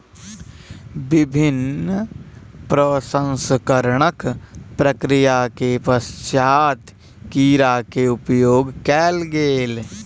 विभिन्न प्रसंस्करणक प्रक्रिया के पश्चात कीड़ा के उपयोग कयल गेल